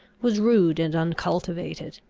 was rude and uncultivated.